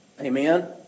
Amen